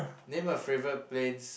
name a favourite place